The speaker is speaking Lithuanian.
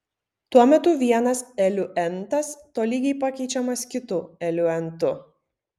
tuo metu vienas eliuentas tolygiai pakeičiamas kitu eliuentu